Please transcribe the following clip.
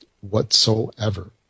whatsoever